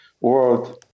world